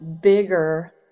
bigger